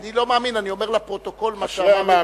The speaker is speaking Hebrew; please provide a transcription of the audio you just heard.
אני לא מאמין, אני אומר לפרוטוקול, אשרי המאמין.